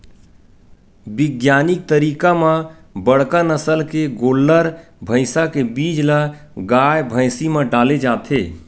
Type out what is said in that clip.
बिग्यानिक तरीका म बड़का नसल के गोल्लर, भइसा के बीज ल गाय, भइसी म डाले जाथे